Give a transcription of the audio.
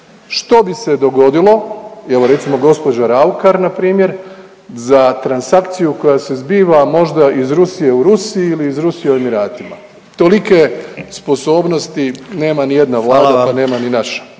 što bi se dogodilo, evo recimo gospođa RAukar na primjer za transakciju koja se zbiva možda iz Rusije u Rusiju ili iz Rusije u Emiratima. Tolike sposobnosti nema nijedna vlada pa …/Upadica